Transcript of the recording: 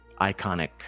iconic